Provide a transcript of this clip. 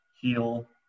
heal